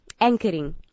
anchoring